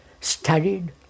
studied